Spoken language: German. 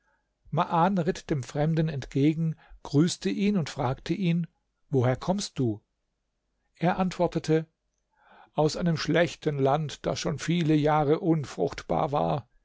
ritt dem fremden entgegen grüßte ihn und fragte ihn woher kommst du er antwortete aus einem schlechten land das schon viele jahre unfruchtbar war